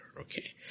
Okay